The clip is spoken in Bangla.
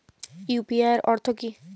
ইউ.পি.আই এর অর্থ কি?